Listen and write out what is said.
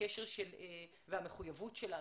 והמחויבות שלנו,